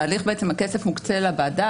בעצם הכסף מוקצה לוועדה,